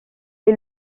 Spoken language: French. est